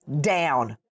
down